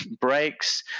breaks